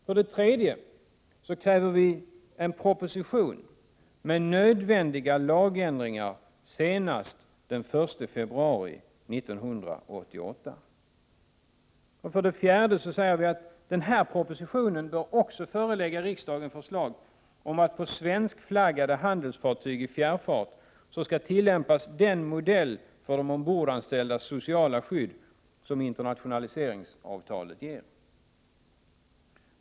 För det tredje kräver vi en proposition med förslag till nödvändiga lagändringar senast den 1 februari 1988. För det fjärde säger vi att regeringen i denna proposition också bör förelägga riksdagen förslag om att på svenskflaggade handelsfartyg i fjärrfart skall tillämpas den modell för de ombordanställdas sociala skydd som internationaliseringsavtalet ger.